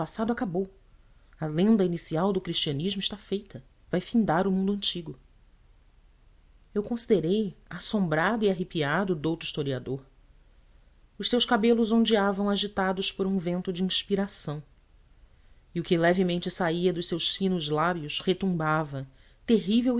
acabou a lenda inicial do cristianismo está feita vai findar o mundo antigo eu considerei assombrado e arrepiado o douto historiador os seus cabelos ondeavam agitados por um vento de inspiração e o que levemente saía dos seus finos lábios retumbava terrível